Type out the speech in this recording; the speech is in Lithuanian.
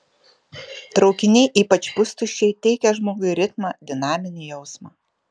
traukiniai ypač pustuščiai teikia žmogui ritmą dinaminį jausmą